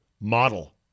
model